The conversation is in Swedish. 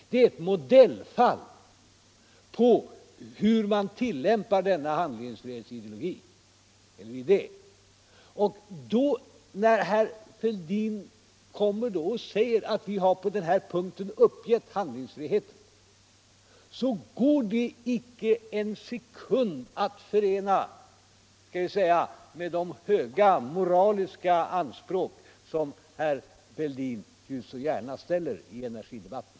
Det är ett modellfall på hur man tillämpar denna idé med handlingsfrihet. När herr Fälldin säger att vi på denna punkt har uppgett handlingsfriheten, så går det resonemanget inte en sekund att förena med de höga moraliska anspråk som herr Fälldin ju så gärna ställer i energidebatten.